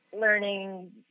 learning